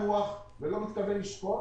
אנוח ולא אשקוט